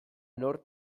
nor